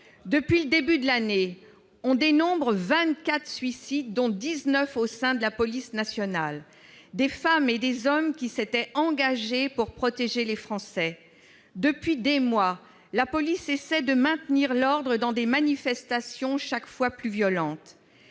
Depuis le début de l'année, on dénombre vingt-quatre suicides, dont dix-neuf au sein de la police nationale, des femmes et des hommes qui s'étaient engagés pour protéger les Français. Depuis des mois, la police essaie de maintenir l'ordre dans des manifestations chaque fois plus violentes.